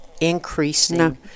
increasing